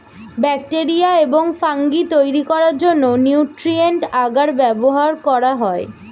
bacteria এবং fungi তৈরি করার জন্য নিউট্রিয়েন্ট আগার ব্যবহার করা হয়